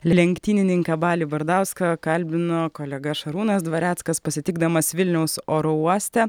lenktynininką balį bardauską kalbino kolega šarūnas dvareckas pasitikdamas vilniaus oro uoste